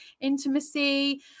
intimacy